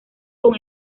con